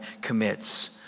commits